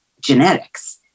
genetics